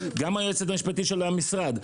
גם היועצת המשפטית של המשרד,